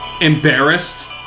embarrassed